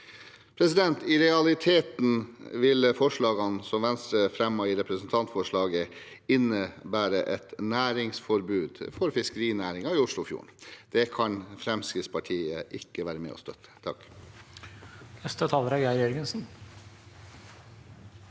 Oslofjorden. I realiteten vil forslagene som Venstre fremmer i representantforslaget, innebære et næringsforbud for fiskerinæringen i Oslofjorden. Det kan Fremskrittspartiet ikke være med og støtte. Geir